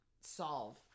solve